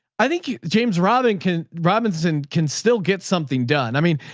i think james robyn can, robinson can still get something done. i mean,